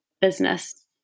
business